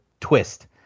twist